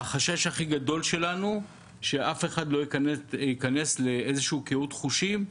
החשש הכי גדול שלנו הוא שאף אחד לא ייכנס לאיזשהו קהות חושים,